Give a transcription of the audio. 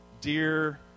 dear